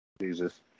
Jesus